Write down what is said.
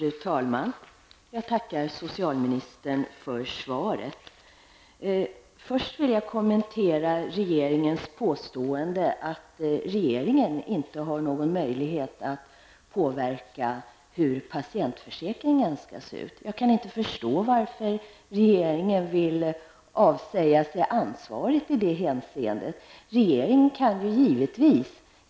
Fru talman! Jag tackar socialministern för svaret. Först vill jag kommentera påståendet att regeringen inte har någon möjlighet att påverka hur patientförsäkringen skall se ut. Jag kan inte förstå varför regeringen vill avsäga sig ansvaret i det hänseendet.